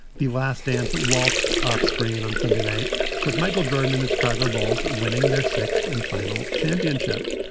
the last dance that waltzed off screen on sunday night with michael jordan in the chicago bulls winning their sixth and final championship,